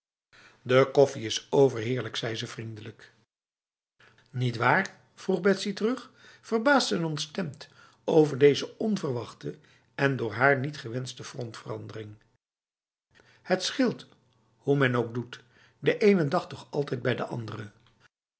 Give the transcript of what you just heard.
de koffie is overheerlijk zei ze vriendelijk nietwaar vroeg betsy terug verbaasd en ontstemd over deze onverwachte en door haar niet gewenste frontverandering het scheelt hoe men ook doet de ene dag toch altijd bij de andere